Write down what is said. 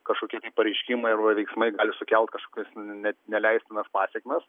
kažkokie pareiškimai arba veiksmai gali sukelt kažkokias neleistinas pasekmes